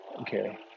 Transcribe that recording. Okay